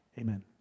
Amen